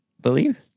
believe